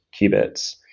qubits